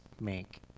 make